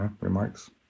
remarks